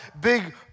big